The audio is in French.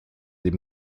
des